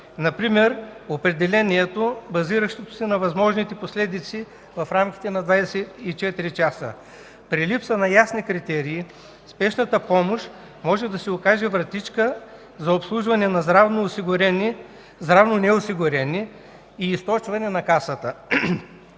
например определението, базиращо се на възможните последици в рамките на 24 часа. При липса на ясни критерии Спешната помощ може да се окаже вратичка за обслужване на здравноосигурени, здравнонеосигурени и източване на Касата.